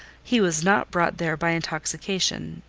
he was not brought there by intoxication,